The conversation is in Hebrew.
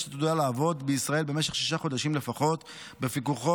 התעודה לעבוד בישראל במשך שישה חודשים לפחות בפיקוחו